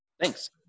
thanks